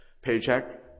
paycheck